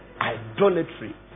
idolatry